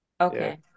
okay